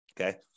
Okay